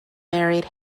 married